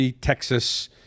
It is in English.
Texas